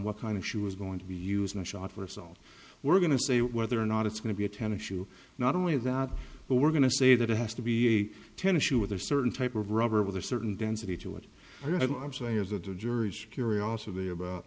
what kind of she was going to be used and shot herself we're going to say whether or not it's going to be a ten issue not only that but we're going to say that it has to be a ten issue with a certain type of rubber with a certain density to what i'm saying is that the jury should curiosity about